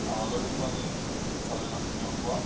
আৰু আলহীকো আমি চালানি মাছ কেতিয়াও নুখুৱাওঁ